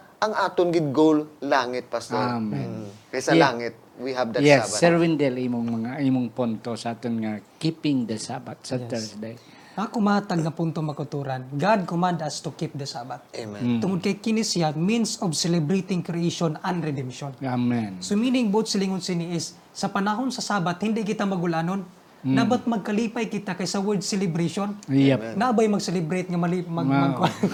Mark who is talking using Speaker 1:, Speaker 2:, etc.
Speaker 1: Ang atong gid goal, langit, Pastor.
Speaker 2: Amen.
Speaker 1: Mm. Kaysa
Speaker 2: Yeah.
Speaker 1: langit, we have that
Speaker 2: Yes,
Speaker 1: Sabbath.
Speaker 2: Sir Windel, imong mga- imong punto sa atong nga keeping the Sabbath sa
Speaker 3: Yes.
Speaker 2: Thursday.
Speaker 3: Ako matag nga punto, mga kauturan, God command us to keep the Sabbath.
Speaker 2: Amen.
Speaker 1: Mm.
Speaker 3: Tungod kay kini siya, means of celebrating creation and redemption.
Speaker 2: Amen.
Speaker 3: So, meaning, both silingon sini is, sa panahon sa Sabbath, hindi kita magulanon.
Speaker 2: Mm.
Speaker 3: Na ba't magkalipay kita kaysa word celebration?
Speaker 2: Yep.
Speaker 1: Amen.
Speaker 3: Na ba'y mag-celebrate nga mali- mag-
Speaker 2: Wow.
Speaker 3: mag-